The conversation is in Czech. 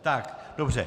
Tak, dobře.